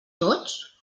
tots